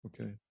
Okay